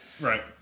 Right